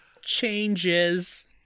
changes